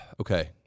Okay